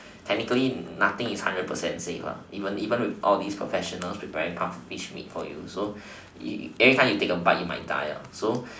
and technically nothing is one hundred percent safe lah even with all these professional preparing pufferfish meat for you so anytime you take a bite you might die lah so